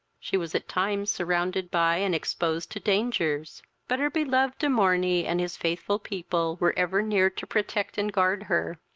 she was at times surrounded by and exposed to dangers but her beloved de morney and his faithful people were ever near to protect and guard her.